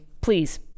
please